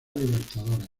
libertadores